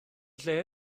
lle